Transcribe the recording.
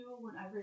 whenever